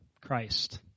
Christ